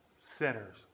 sinners